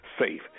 SAFE